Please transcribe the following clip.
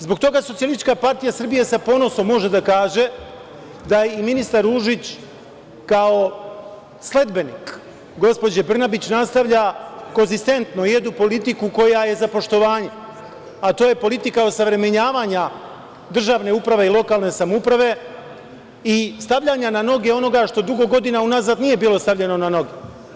Zbog toga SPS sa ponosom može da kaže da i ministar Ružić, kao sledbenik gospođe Brnabić, nastavlja konzistentno jednu politiku koja je za poštovanje, a to je politika osavremenjavanja državne uprave i lokalne samouprave, i stavljanja na noge onoga što dugo godina unazad nije bilo stavljeno na noge.